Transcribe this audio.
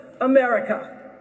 America